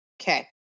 okay